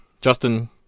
Justin